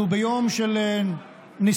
אנחנו ביום של ניסיון